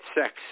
sex